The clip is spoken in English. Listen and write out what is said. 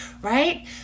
right